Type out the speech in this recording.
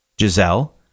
Giselle